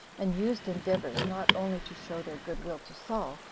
and used endeavors, not only to show their good-will to saul,